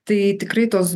tai tikrai tos